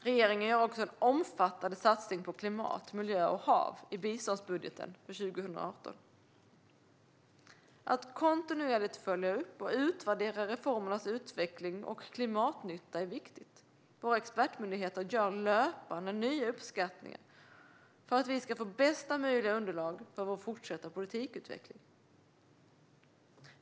Regeringen gör också en omfattande satsning på klimat, miljö och hav i biståndsbudgeten för 2018. Att kontinuerligt följa upp och utvärdera reformernas utveckling och klimatnytta är viktigt. Våra expertmyndigheter gör löpande nya uppskattningar för att vi ska få bästa möjliga underlag inför vår fortsatta politikutveckling.